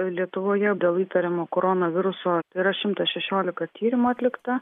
lietuvoje dėl įtariamo koronaviruso tai yra šimtas šešiolika tyrimų atlikta